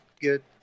Good